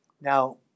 Now